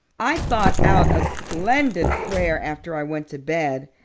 i thought out a splendid prayer after i went to bed,